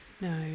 No